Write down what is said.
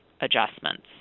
adjustments